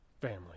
family